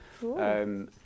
Cool